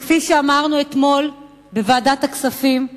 וכפי שאמרנו אתמול בוועדת הכספים,